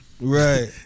Right